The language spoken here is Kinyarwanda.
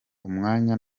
umwanya